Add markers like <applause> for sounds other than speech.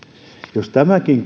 jos tämäkin <unintelligible>